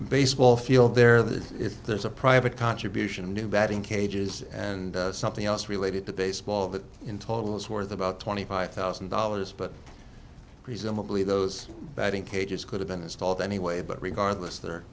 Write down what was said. baseball field there that if there's a private contribution in new batting cages and something else related to baseball that in total is worth about twenty five thousand dollars but presumably those batting cages could have been installed anyway but regardless the